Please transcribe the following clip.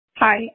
Hi